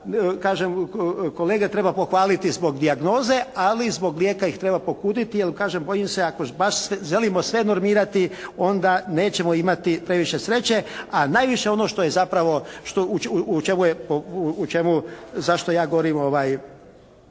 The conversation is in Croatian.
kažem kolege treba pohvaliti zbog dijagnoze ali i zbog grijeha ih treba pokuditi jer kažem bojim se, ako baš želimo sve normirati onda nećemo imati previše sreće. A najviše ono što je zapravo, što, u čemu je, u čemu, zašto ja govorim kontra